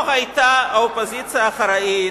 איפה היתה האופוזיציה האחראית,